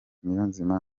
niyonzima